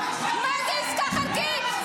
מה זה עסקה חלקית?